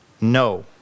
No